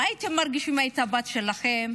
מה הייתם מרגישים אם היא הייתה הבת שלכם,